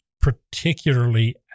particularly